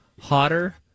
Hotter